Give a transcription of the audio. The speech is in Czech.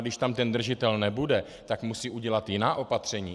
Když tam držitel nebude, tak musí udělat jiná opatření.